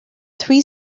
three